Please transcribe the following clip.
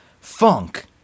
Funk